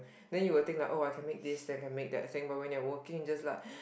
then you will think like oh I can make this then can make that thing but when you're working you're just like